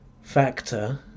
factor